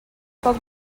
poc